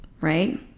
Right